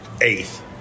eighth